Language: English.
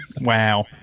wow